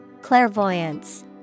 Clairvoyance